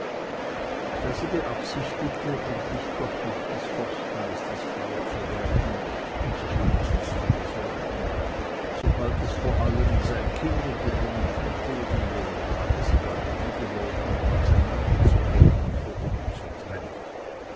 da sie beabsichtigte endlich doch noch des forstmeisters frau zu werden um sich wenigstens zu versorgen so galt es vor allem sein kind und den jungen dietegen deren lage sie bald innegeworden auseinanderzubringen und für immer zu trennen